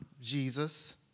Jesus